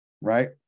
right